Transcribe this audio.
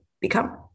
become